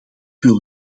wil